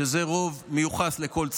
שזה רוב מיוחס לכל צד,